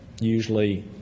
usually